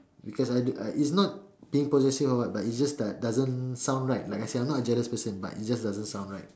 because I I don't uh is not being possessive or what but it just does doesn't sound right like I said I'm not a jealous person but it just doesn't sound right